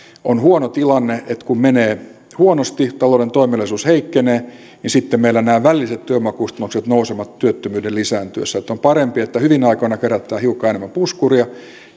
on huono tilanne ja kun menee huonosti talouden toimeliaisuus heikkenee ja sitten meillä nämä välilliset työvoimakustannukset nousevat työttömyyden lisääntyessä ja että on parempi että hyvinä aikoina kerätään hiukan enemmän puskuria